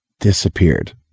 disappeared